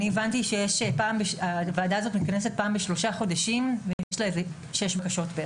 אני הבנתי שהוועדה הזו מתכנסת פעם בשלושה חודשים ויש לה כשש בקשות.